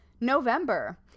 November